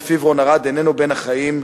ולפיו רון ארד איננו בין החיים.